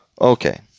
Okay